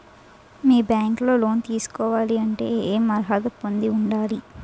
మీ bank లో loan తీసుకోవాలంటే ఎం అర్హత పొంది ఉండాలి?